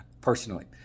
personally